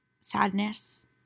sadness